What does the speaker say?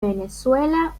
venezuela